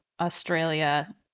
Australia